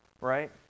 right